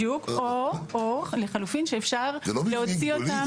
או שאפשר להוציא אותם.